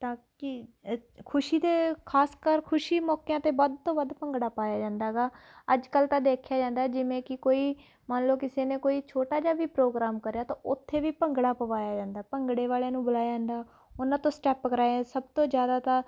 ਤਾਂ ਕਿ ਖੁਸ਼ੀ ਦੇ ਖ਼ਾਸ ਕਰ ਖੁਸ਼ੀ ਮੌਕਿਆਂ 'ਤੇ ਵੱਧ ਤੋਂ ਵੱਧ ਭੰਗੜਾ ਪਾਇਆ ਜਾਂਦਾ ਗਾ ਅੱਜ ਕੱਲ੍ਹ ਤਾਂ ਦੇਖਿਆ ਜਾਂਦਾ ਜਿਵੇਂ ਕਿ ਕੋਈ ਮੰਨ ਲਉ ਕਿਸੇ ਨੇ ਕੋਈ ਛੋਟਾ ਜਿਹਾ ਵੀ ਪ੍ਰੋਗਰਾਮ ਕਰਿਆ ਤਾਂ ਉੱਥੇ ਵੀ ਭੰਗੜਾ ਪਵਾਇਆ ਜਾਂਦਾ ਭੰਗੜੇ ਵਾਲਿਆਂ ਨੂੰ ਬੁਲਾਇਆ ਜਾਂਦਾ ਉਹਨਾਂ ਤੋਂ ਸਟੈਪ ਕਰਵਾਏ ਸਭ ਤੋਂ ਜ਼ਿਆਦਾ ਤਾਂ